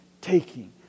Taking